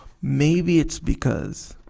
maybe it's because